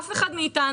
אף אחד מאתנו,